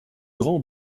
grands